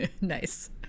Nice